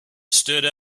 stood